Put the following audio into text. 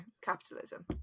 capitalism